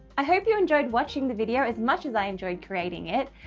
i hope you enjoyed watching the video as much as i enjoyed creating it.